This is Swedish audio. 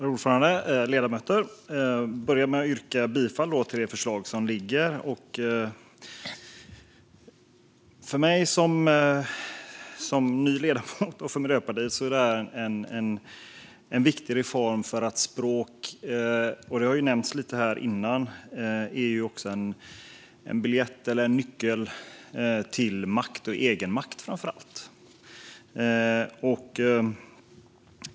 Herr talman! Ledamöter! Jag börjar med att yrka bifall till utskottets förslag. För mig som ny ledamot och för Miljöpartiet är detta en viktig reform. Språk är - det har nämnts tidigare - en biljett och en nyckel till makt, framför allt egenmakt.